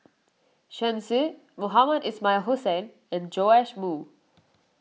Shen Xi Mohamed Ismail Hussain and Joash Moo